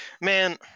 man